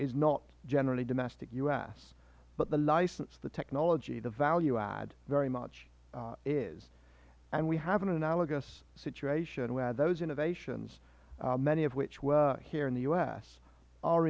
is not generally domestic u s but the license the technology the value add very much is and we have an analogous situation where those innovations many of which were here in the u s are